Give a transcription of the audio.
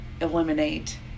eliminate